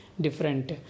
different